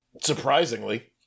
Surprisingly